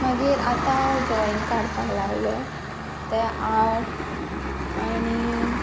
मागीर आतां हांव ड्रॉईंग काडपाक लागलें तें आर्ट आणी